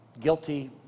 Guilty